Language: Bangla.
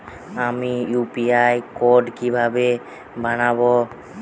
আমি ইউ.পি.আই কোড কিভাবে বানাব?